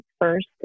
first